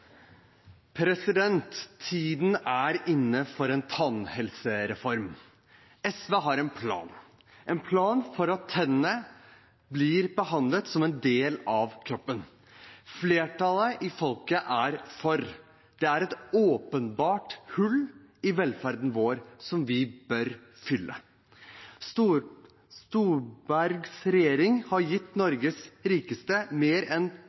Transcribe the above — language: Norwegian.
tannhelsereform. SV har en plan for at tennene blir behandlet som en del av kroppen. Flertallet i folket er for det. Det er et åpenbart hull i velferden vår som vi bør fylle. Solbergs regjering har gitt Norges rikeste mer enn